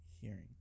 hearing